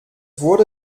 wurde